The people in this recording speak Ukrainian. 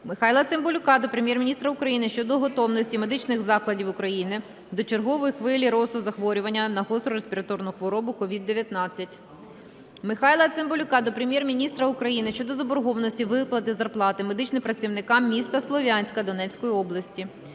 Михайла Цимбалюка до Прем'єр-міністра України щодо готовності медичних закладів України до чергової хвилі росту захворювання на гостру респіраторну хворобу СОVID-19. Михайла Цимбалюка до Прем'єр-міністра України щодо заборгованості виплати зарплати медичним працівникам міста Слов'янська Донецької області.